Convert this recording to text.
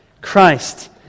Christ